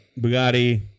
Bugatti